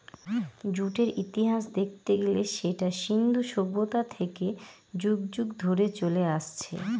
জুটের ইতিহাস দেখতে গেলে সেটা সিন্ধু সভ্যতা থেকে যুগ যুগ ধরে চলে আসছে